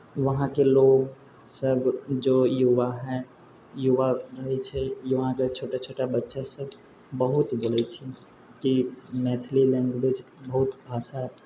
वहाँके लोगसभ जो युवा हैं युवा होइत छै वहाँके छोटा छोटा बच्चासभ बहुत बोलैत छै कि मैथिली लैंग्वेज बहुत भाषा